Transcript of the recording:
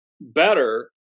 better